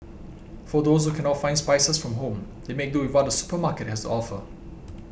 for those who can not find spices from home they make do with what the supermarket has offer